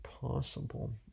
possible